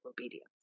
obedience